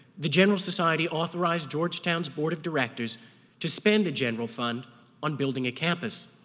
the general society authorized georgetown's board of directors to spend the general fund on building a campus.